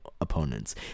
opponents